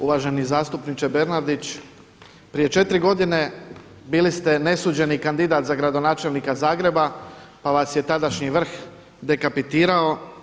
Uvaženi zastupniče Bernardić, prije 4 godine bili ste nesuđeni kandidat za gradonačelnika Zagreba, pa vas je tadašnji vrh dekapitirao.